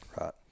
right